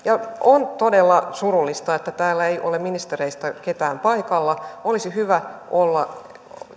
on todella surullista että täällä ei ole ministereistä ketään paikalla olisi hyvä olla